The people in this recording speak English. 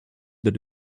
that